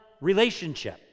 relationship